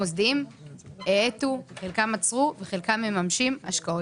המוסדיים האטו, חלקם עצרו וחלקם מממשים השקעות.